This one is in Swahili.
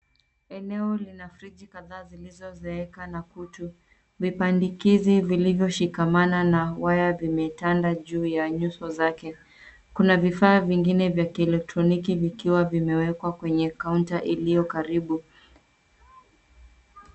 Eneo lina friji kadhaa zilizozeeka na kutu. Vipandikizi vilizoshikamana na waya vimetanda juu ya nyuso zake. Kuna vifaa vingine vya kieletroniki vikiwa vimewekwa kwenye kaunta iliyokaribu.